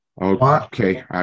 Okay